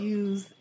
use